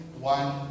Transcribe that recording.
one